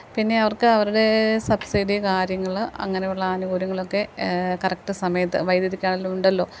പിന്നെ അവർക്ക് അവരുടെ സബ്സിഡി കാര്യങ്ങൾ അങ്ങനെയുള്ള ആനുകൂല്യങ്ങളൊക്കെ കറക്റ്റ് സമയത്ത് വൈദ്യുതിക്കാണെങ്കിലും ഉണ്ടല്ലോ